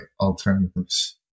alternatives